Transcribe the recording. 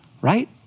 right